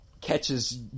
catches